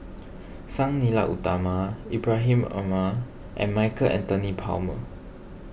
Sang Nila Utama Ibrahim Omar and Michael Anthony Palmer